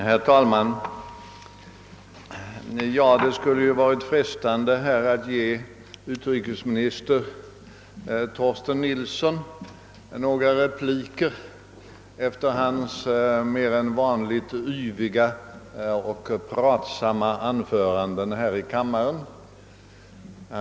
Herr talman! Det skulle ha varit frestande att ge utrikesminister Torsten Nilsson några repliker efter hans mer än vanligt yviga och pratsamma anfö randen i denna kammare.